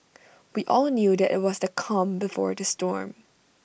we all knew that IT was the calm before the storm